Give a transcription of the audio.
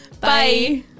Bye